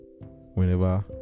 whenever